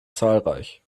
zahlreich